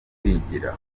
kwigira